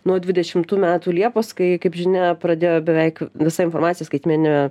nuo dvidešimtų metų liepos kai kaip žinia pradėjo beveik visa informacija skaitmeniniame